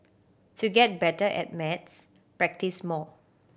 to get better at maths practise more